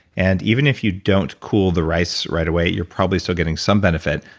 and even if you don't cool the rice right away, you're probably still getting some benefit,